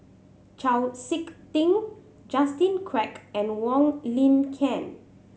Chau Sik Ting Justin Quek and Wong Lin Ken